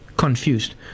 confused